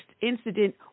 incident